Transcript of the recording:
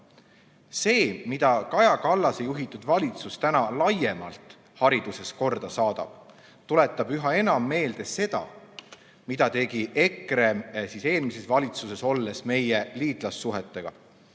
on. See, mida Kaja Kallase juhitud valitsus laiemalt hariduses korda saadab, tuletab üha enam meelde seda, mida tegi EKRE eelmises valitsuses olles meie liitlassuhetega.